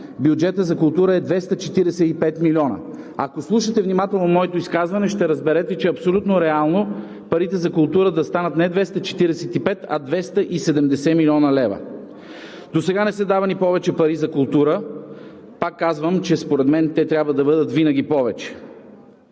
бюджетът за култура е 245 милиона. Ако слушате внимателно моето изказване, ще разберете, че е абсолютно реално парите за култура да станат 270 млн. лв. Досега не са давани повече пари за култура, пак казвам, че според мен те трябва да бъдат винаги повече.